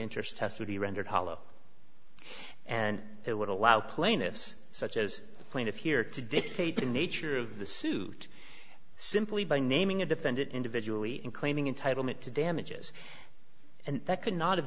interest test would be rendered hollow and it would allow plaintiffs such as the plaintiff here to dictate the nature of the suit simply by naming a defendant individually in claiming in title meant to damages and that could not have